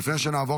להלן תוצאות